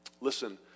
Listen